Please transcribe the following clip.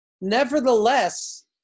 nevertheless